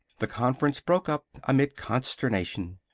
the conference broke up amid consternation.